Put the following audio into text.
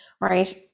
right